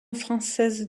française